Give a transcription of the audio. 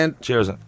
Cheers